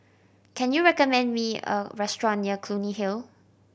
can you recommend me a restaurant near Clunny Hill